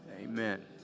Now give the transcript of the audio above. Amen